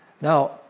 Now